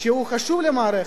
שהוא חשוב למערכת,